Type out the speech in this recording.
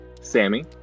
Sammy